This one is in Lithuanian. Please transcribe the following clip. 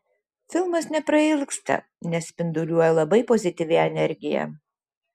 filmas neprailgsta nes spinduliuoja labai pozityvia energija